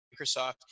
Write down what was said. Microsoft